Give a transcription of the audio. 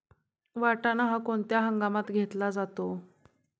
वाटाणा हा कोणत्या हंगामात घेतला जातो?